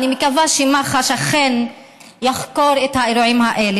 אני מקווה שמח"ש אכן תחקור את האירועים האלה.